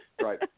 right